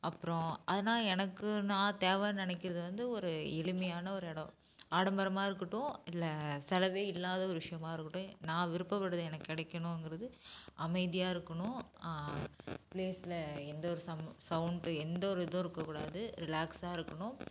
அப்புறோம் ஆனால் எனக்கு நான் தேவைன்னு நினைக்கிறது வந்து ஒரு எளிமையான ஒரு இடோம் ஆடம்பரமாக இருக்கட்டும் இல்லை செலவே இல்லாத ஒரு விஷயமா இருக்கட்டும் நான் விருப்பப்படுறது எனக்கு கிடைக்கணுங்கறது அமைதியாக இருக்கணும் ப்ளேஸில் எந்த ஒரு சௌண்ட் சௌண்டு எந்த ஒரு இதுவும் இருக்கக்கூடாது ரிலாக்ஸாக இருக்கணும்